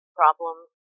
problems